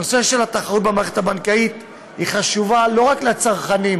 התחרות במערכת הבנקאית חשובה לא רק לצרכנים,